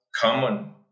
common